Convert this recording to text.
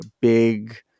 big